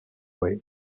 way